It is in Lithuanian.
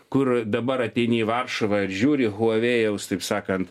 kur dabar ateini į varšuvą ir žiūri huavėjaus taip sakant